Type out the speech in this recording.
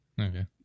Okay